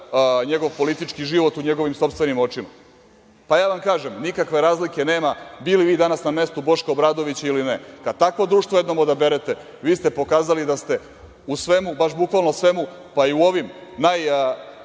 njegov politički život u njegovim sopstvenim očima? Ja vam kažem - nikakve razlike nema, bili vi danas na mestu Boška Obradovića ili ne. Kad takvo društvo jednom odaberete, vi ste pokazali da ste u svemu, baš bukvalno u svemu, pa i u ovim najneverovatnijim